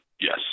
Yes